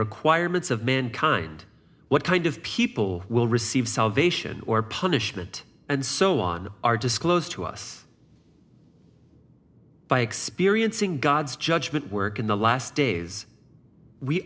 requirements of mankind what kind of people will receive salvation or punishment and so on are disclosed to us by experiencing god's judgement work in the last days we